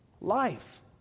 Life